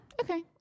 Okay